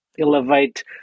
elevate